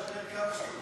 דבר כמה שאתה רוצה.